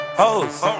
hoes